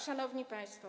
Szanowni Państwo!